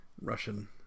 Russian